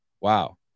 Wow